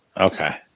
Okay